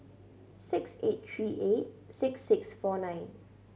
six eight three eight six six four nine